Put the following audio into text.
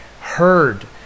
heard